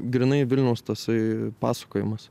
grynai vilniaus tasai pasakojimas